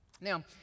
Now